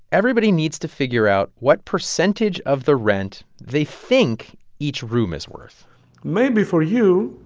everybody needs to figure out what percentage of the rent they think each room is worth maybe for you,